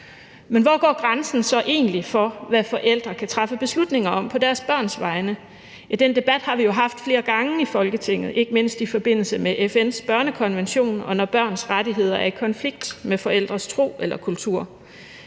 Men hvor går grænsen så egentlig for, hvad forældre kan træffe beslutninger om på deres børns vegne? Ja, den debat har vi jo haft flere gange her i Folketinget, ikke mindst i forbindelse med FN's børnekonvention, og når børns rettigheder er i konflikt med forældres tro eller kultur.